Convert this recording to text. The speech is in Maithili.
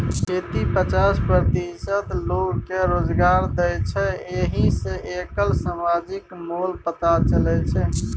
खेती पचास प्रतिशत लोककेँ रोजगार दैत छै एहि सँ एकर समाजिक मोल पता चलै छै